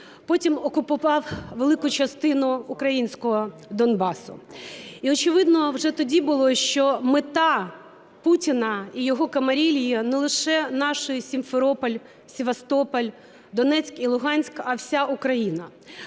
потім окупував велику частину українського Донбасу. І очевидно вже тоді було, що мета Путіна і його камарильї не лише наш Сімферополь, Севастополь, Донецьк і Луганськ, а вся Україна.